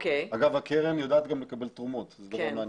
אגב, הקרן יודעת גם לקבל תרומות, זה דבר מעניין.